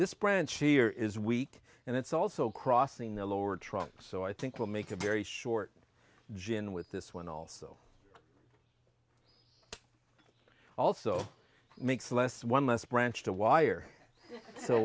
this branch here is weak and it's also crossing the lower trunk so i think we'll make a very short gin with this one also also makes less one less branch to wire so